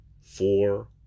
four